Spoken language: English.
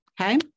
okay